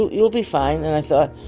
you'll you'll be fine. and i thought,